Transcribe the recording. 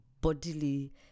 bodily